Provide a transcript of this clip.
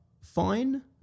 fine